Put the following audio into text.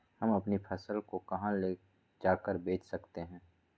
हम अपनी फसल को कहां ले जाकर बेच सकते हैं?